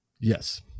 Yes